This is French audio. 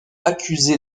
accusé